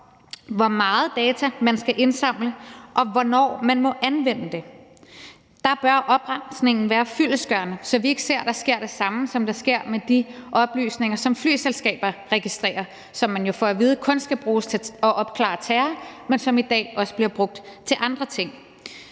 hvor meget data man skal indsamle, og hvornår man må anvende det. Der bør opremsningen være fyldestgørende, så vi ikke ser, at der sker det samme, som der sker med de oplysninger, som flyselskaber registrerer, og som man jo får at vide kun skal bruges til at opklare terror, men som i dag også bliver brugt til andre ting.